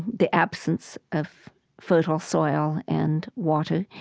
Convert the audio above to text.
the absence of fertile soil and water.